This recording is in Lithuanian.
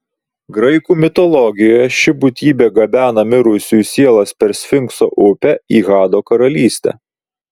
graikų mitologijoje ši būtybė gabena mirusiųjų sielas per sfinkso upę į hado karalystę